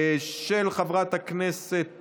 של חברת הכנסת